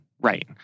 Right